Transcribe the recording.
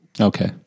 Okay